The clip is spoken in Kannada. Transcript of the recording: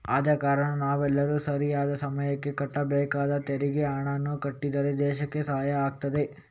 ಆದ ಕಾರಣ ನಾವೆಲ್ಲರೂ ಸರಿಯಾದ ಸಮಯಕ್ಕೆ ಕಟ್ಟಬೇಕಾದ ತೆರಿಗೆ ಹಣಾನ ಕಟ್ಟಿದ್ರೆ ದೇಶಕ್ಕೆ ಸಹಾಯ ಆಗ್ತದೆ